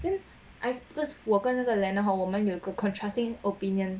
then I've cause 我跟那个 lenard hor 我们有够 contrasting opinions